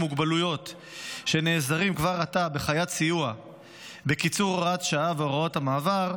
מוגבלויות שנעזרים כבר עתה בחיית סיוע בקיצור הוראת שעה והוראות המעבר,